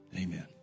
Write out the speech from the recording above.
Amen